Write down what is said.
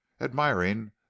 admiring